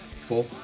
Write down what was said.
Four